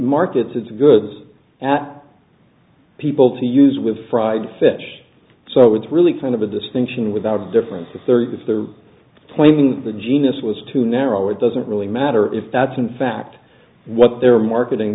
markets its goods at people to use with fried fish so it's really kind of a distinction without a difference of thirty if they're playing the genus was too narrow it doesn't really matter if that's in fact what they're marketing